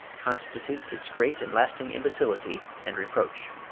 constitutes its great and lasting imbecility and reproach.